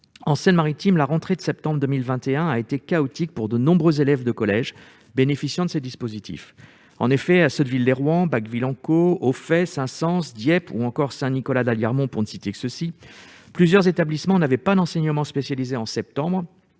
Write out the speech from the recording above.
En Seine-Maritime, la rentrée de septembre 2021 a été chaotique pour de nombreux élèves de collège bénéficiant de ces dispositifs. En effet, à Sotteville-lès-Rouen, Bacqueville-en-Caux, Auffay, Saint-Saëns, Dieppe ou encore Saint-Nicolas-d'Aliermont, pour ne citer que ces communes, plusieurs établissements n'avaient pas d'enseignants spécialisés en septembre,